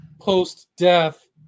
post-death